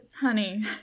honey